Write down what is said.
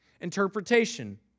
Interpretation